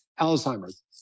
Alzheimer's